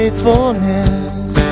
faithfulness